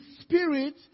spirit